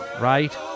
right